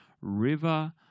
River